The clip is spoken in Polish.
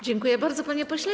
Dziękuję bardzo, panie pośle.